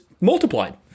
multiplied